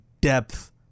depth